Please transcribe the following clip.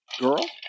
girl